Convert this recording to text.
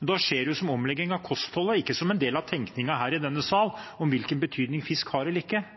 men da skjer det jo som en omlegging av kostholdet og ikke som del av tenkningen her i denne sal om hvilken betydningen fisk har eller ikke har.